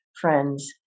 friends